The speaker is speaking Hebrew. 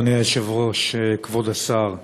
אדוני היושב-ראש, כבוד השר,